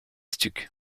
stucs